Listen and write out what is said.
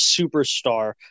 superstar